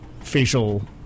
facial